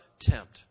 tempt